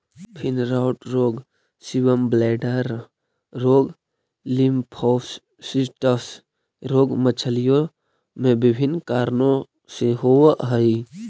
fin rot रोग, swim bladder रोग, lymphocystis रोग मछलियों में विभिन्न कारणों से होवअ हई